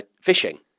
fishing